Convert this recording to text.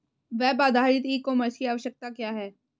Web आधारित e commerce की आवश्यकता क्या है?